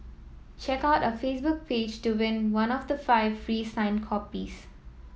check out our Facebook page to win one of the five free signed copies